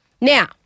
Now